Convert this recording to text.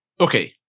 Okay